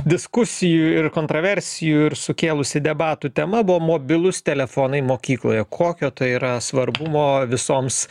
diskusijų ir kontroversijų sukėlusi debatų tema buvo mobilūs telefonai mokykloje kokio tai yra svarbumo visoms